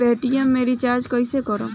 Paytm से recharge कईसे करम?